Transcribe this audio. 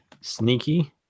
sneaky